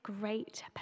great